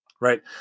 Right